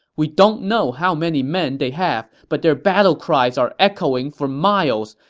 we don't know how many men they have, but their battle cries are echoing for miles.